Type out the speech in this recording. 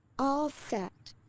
all set!